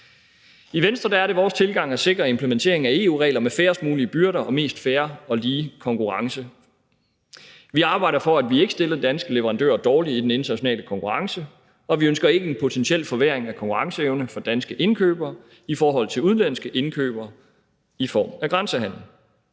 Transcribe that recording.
I Venstre er det vores tilgang at sikre en implementering af EU-regler med færrest mulige byrder og mest fair og lige konkurrence. Vi arbejder for, at vi ikke stiller danske leverandører dårligt i den internationale konkurrence, og vi ønsker ikke en potentiel forværring af konkurrenceevnen for danske indkøbere i forhold til udenlandske indkøbere i form af grænsehandel.